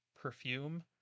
perfume